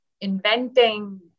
inventing